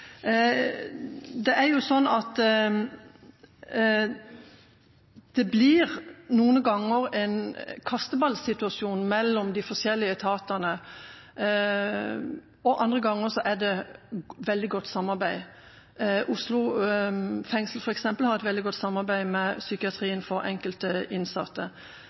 blir det en kasteballsituasjon mellom de forskjellige etatene, og andre ganger er det veldig godt samarbeid. Oslo fengsel f.eks. har et veldig godt samarbeid med psykiatrien for enkelte innsatte.